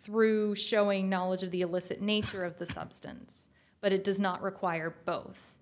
through showing knowledge of the illicit nature of the substance but it does not require both